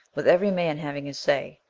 with every man having his say.